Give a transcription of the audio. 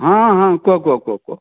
ହଁ ହଁ କୁହ କୁହ କୁହ କୁହ